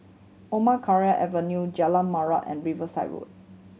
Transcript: Omar Khayyam Avenue Jalan Murai and Riverside Road